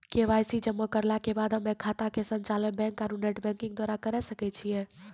KYC जमा करला के बाद हम्मय खाता के संचालन बैक आरू नेटबैंकिंग द्वारा करे सकय छियै?